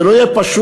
זה לא יהיה פשוט.